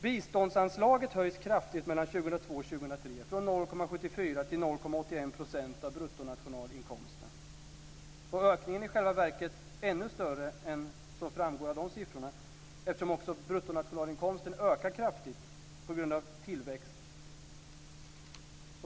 Biståndsanslaget höjs kraftigt mellan 2002 och 2003, från 0,74 % till 0,81 % av bruttonationalinkomsten. Ökningen är i själva verket ännu större än som framgår av dessa siffror, eftersom också bruttonationalinkomsten ökar kraftigt på grund av tillväxt.